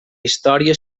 història